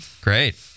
Great